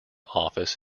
office